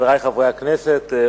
חברי חברי הכנסת,